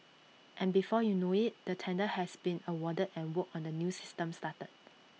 and before you know IT the tender has been awarded and work on the new system started